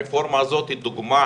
הרפורמה הזאת היא דוגמה,